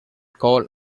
call